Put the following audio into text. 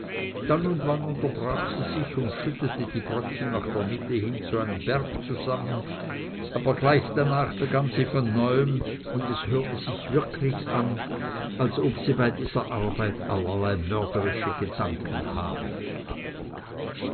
dann und wann unterbrach sie sich und schüttete die bröckchen nach der mitte hin zu einem berg zusammen aber gleich danach begann sie von neuem und es hörte sich wirklich an als ob sie bei dieser arbeit allerlei mörderische gedanken habe